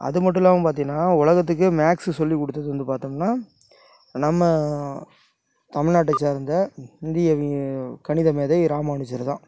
அது மட்டும் இல்லாமல் பார்த்திங்கனா உலகத்துக்கே மேக்ஸ் சொல்லி கொடுத்தது வந்து பார்த்தம்னா நம்ம தமிழ் நாட்டை சேர்ந்த இந்திய கணித மேதை ராமானுஜர் தான்